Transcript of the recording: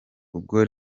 ubwo